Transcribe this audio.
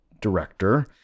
director